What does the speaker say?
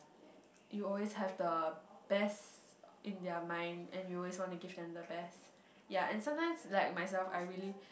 you always have the best in their mind and you always want to give them the best yea and sometime like myself I really